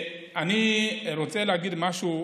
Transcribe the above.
אני רוצה להגיד משהו.